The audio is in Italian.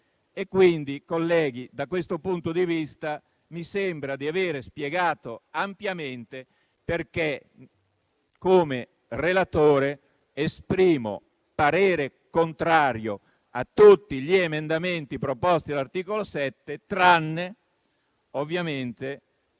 Colleghi, da questo punto di vista, mi sembra di aver spiegato ampiamente perché come relatore esprimo parere contrario su tutti gli emendamenti proposti all'articolo 7, tranne all'emendamento